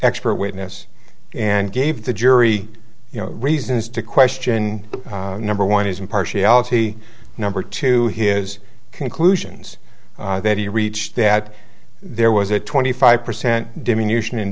expert witness and gave the jury reasons to question number one his impartiality number two his conclusions that he reached that there was a twenty five percent diminution in